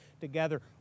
together